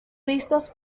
vistos